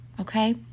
Okay